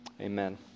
Amen